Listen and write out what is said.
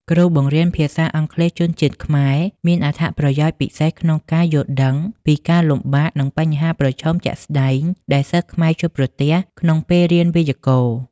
គ្រូបង្រៀនភាសាអង់គ្លេសជនជាតិខ្មែរមានអត្ថប្រយោជន៍ពិសេសក្នុងការយល់ដឹងពីការលំបាក និងបញ្ហាប្រឈមជាក់ស្តែងដែលសិស្សខ្មែរជួបប្រទះក្នុងពេលរៀនវេយ្យាករណ៍។